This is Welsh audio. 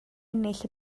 ennill